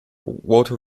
walter